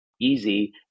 Easy